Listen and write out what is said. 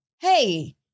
hey